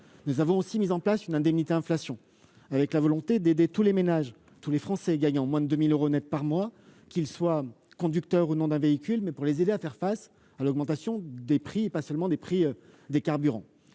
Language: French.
Nous avons aussi mis en place une indemnité inflation, avec la volonté d'aider tous les Français gagnant moins de 2 000 euros net par mois, qu'ils soient ou non conducteurs de véhicule, pour les aider à faire face à l'augmentation des prix, et non seulement à celle des prix du carburant.